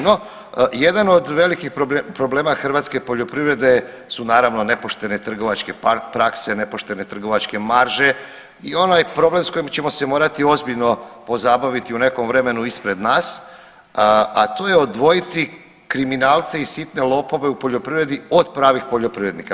No jedan od velikih problema hrvatske poljoprivrede su naravno nepoštene trgovačke prakse, nepoštene trgovačke marže i onaj problem s kojim ćemo se morati ozbiljno pozabaviti u nekom vremenu ispred nas, a to je odvojiti kriminalce i sitne lopove u poljoprivredi od pravih poljoprivrednika.